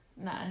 No